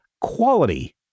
quality